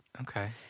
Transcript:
okay